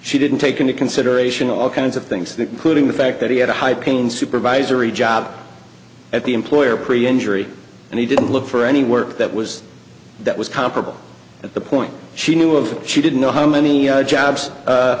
she didn't take into consideration all kinds of things that putting the fact that he had a high pain supervisory job at the employer pre injury and he didn't look for any work that was that was comparable at the point she knew of she didn't know how many jobs